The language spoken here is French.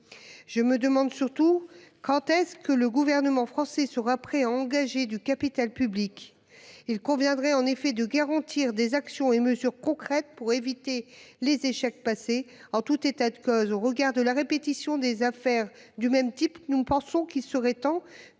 nous demandons à quel moment le Gouvernement sera prêt à engager du capital public. Il conviendrait en effet de garantir des actions et mesures concrètes pour éviter les échecs passés. En tout état de cause, au regard de la répétition des affaires du même type, nous pensons qu'il serait temps